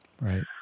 Right